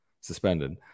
Suspended